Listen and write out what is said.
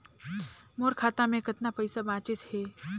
मोर खाता मे कतना पइसा बाचिस हे?